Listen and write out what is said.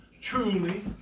truly